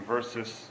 versus